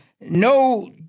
no